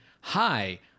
hi